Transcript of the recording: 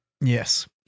Yes